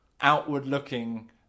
outward-looking